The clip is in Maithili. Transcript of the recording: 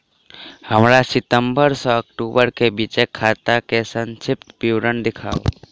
हमरा सितम्बर सँ अक्टूबर केँ बीचक खाता केँ संक्षिप्त विवरण देखाऊ?